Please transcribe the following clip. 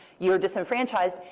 you're disenfranchised.